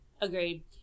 agreed